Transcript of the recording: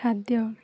ଖାଦ୍ୟ